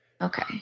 Okay